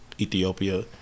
Ethiopia